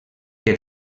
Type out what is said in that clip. que